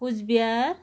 Cooch Behar